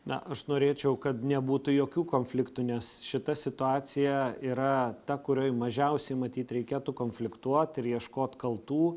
na aš norėčiau kad nebūtų jokių konfliktų nes šita situacija yra ta kurioj mažiausiai matyt reikėtų konfliktuot ir ieškot kaltų